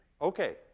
Okay